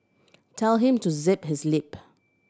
tell him to zip his lip